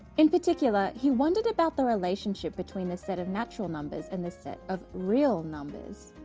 in particular he wondered about the relationship between the set of natural numbers and the set of real numbers.